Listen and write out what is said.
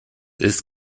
ist